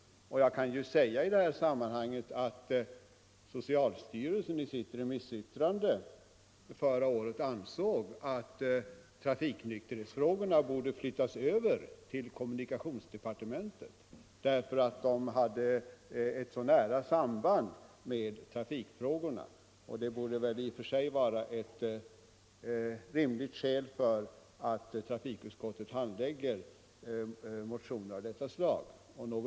Jag kan i detta sammanhang nämna att socialstyrelsen i ett remissyttrande förra året anförde att trafiksäkerhetsfrågorna borde flyttas över till kommunikationsdepartementet, eftersom de har ett så nära samband med trafikfrågorna. Det borde i och för sig vara ett rimligt skäl för att - Nr 139 trafikutskottet skall handlägga motioner av detta slag.